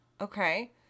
Okay